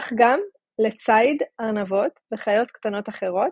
אך גם לצייד ארנבות וחיות קטנות אחרות,